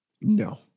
No